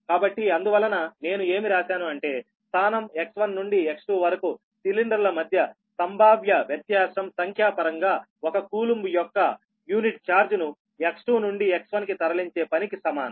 కాబట్టి అందువలన నేను ఏమి రాశాను అంటే స్థానం X1 నుండి X2 వరకు సిలిండర్ల మధ్య సంభావ్య వ్యత్యాసం సంఖ్యాపరంగా ఒక కూలంబ్ యొక్క యూనిట్ ఛార్జ్ను X2 నుండి X1 కి తరలించే పనికి సమానం